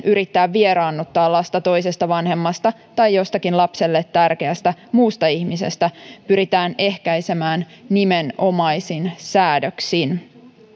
yrittää vieraannuttaa lasta toisesta vanhemmasta tai jostakin lapselle tärkeästä muusta ihmisestä pyritään ehkäisemään nimenomaisin säädöksin